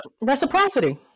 Reciprocity